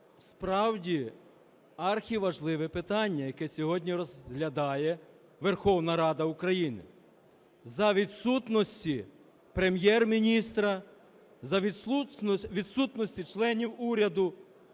справді архіважливе питання, яке сьогодні розглядає Верховна Рада України за відсутності Прем'єр-міністра, за відсутності членів уряду.